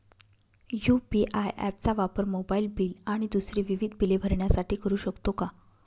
UPI app चा वापर mobile bill आणि दुसरी विविध बिले भरण्यासाठी करू शकतो का?